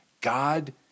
God